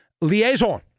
liaison